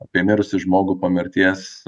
apie mirusį žmogų po mirties